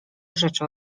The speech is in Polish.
rzeczy